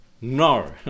no